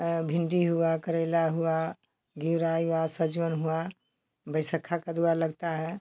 ये भिंडी हुआ करेला हुआ घीरा हुआ सजमैन हुआ बैसक्खा कदुआ लगता है